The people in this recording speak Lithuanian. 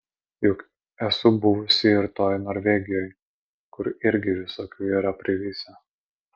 juk esu buvusi ir toj norvegijoj kur irgi visokių yra privisę